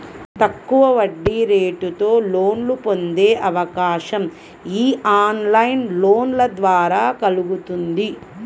తక్కువ వడ్డీరేటుతో లోన్లను పొందే అవకాశం యీ ఆన్లైన్ లోన్ల ద్వారా కల్గుతుంది